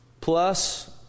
Plus